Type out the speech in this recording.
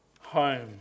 home